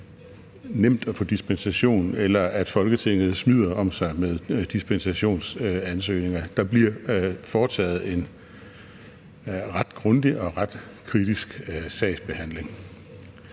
nemt at få dispensation, eller at Folketinget smider om sig med dispensationsansøgninger. Der bliver foretaget en ret grundig og ret kritisk sagsbehandling.